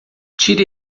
tire